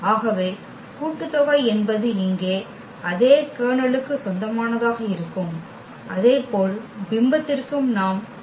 ஆகவே கூட்டுத்தொகை என்பது இங்கே அதே கர்னலுக்கு சொந்தமானதாக இருக்கும் அதேபோல் பிம்பத்திற்கும் நாம் கருத்தில் கொள்ளலாம்